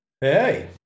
Hey